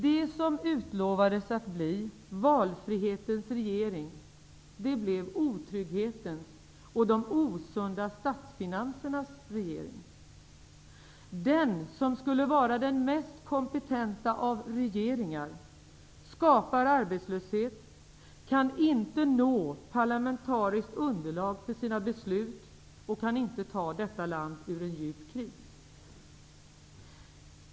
Det som utlovades att bli valfrihetens regering blev otrygghetens och de osunda statsfinansernas regering. Den regering som skulle vara den mest kompetenta av regeringar skapar arbetslöshet, kan inte nå parlamentariskt underlag för sina beslut och kan inte ta detta land ur en djup kris.